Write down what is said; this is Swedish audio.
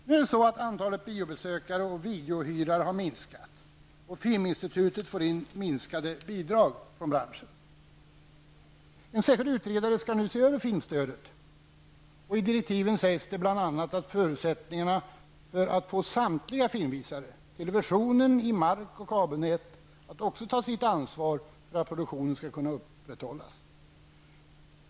Nu har antalet biobesökare och videohyrare minskat, och filminstitutet får in minskade bidrag från branschen. En särskild utredare skall nu se över filmstödet. I direktiven talas bl.a. om förutsättningarna för att få samtliga filmvisare, även television i mark och kabelnät, att ta sitt ansvar för att produktionen skall kunna upprätthållas.